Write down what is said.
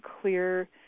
clear